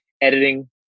editing